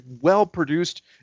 well-produced